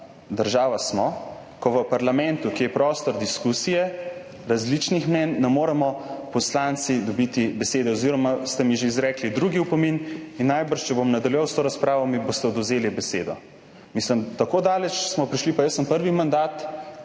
država smo, ko v parlamentu, ki je prostor diskusije, različnih mnenj, ne moremo poslanci dobiti besede oziroma ste mi izrekli že drugi opomin in najbrž, če bom nadaljeval s to razpravo, mi boste odvzeli besedo. Tako daleč smo prišli. Jaz sem prvi mandat